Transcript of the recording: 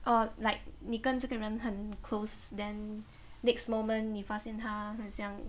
or like 你跟这个人很 close then next moment 你发现他很像